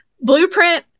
Blueprint